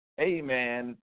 Amen